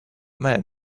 men